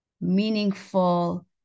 meaningful